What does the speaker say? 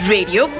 Radio